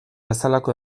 bezalako